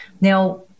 Now